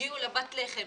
הגיעו לפת לחם,